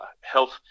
health